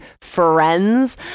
friends